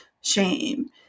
shame